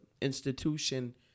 institution